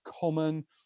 common